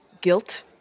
guilt